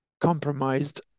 compromised